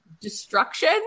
destruction